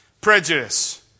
prejudice